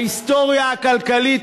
ההיסטוריה הכלכלית,